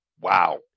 Wow